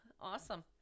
awesome